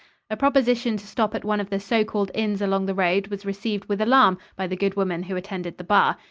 a proposition to stop at one of the so-called inns along the road was received with alarm by the good woman who attended the bar.